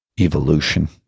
evolution